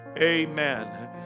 Amen